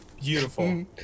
Beautiful